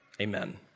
Amen